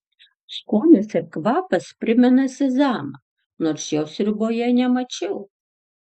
skonis ir kvapas primena sezamą nors jo sriuboje nemačiau